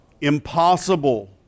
Impossible